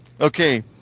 Okay